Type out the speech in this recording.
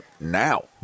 now